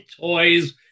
toys